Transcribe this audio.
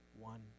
one